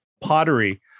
pottery